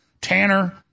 Tanner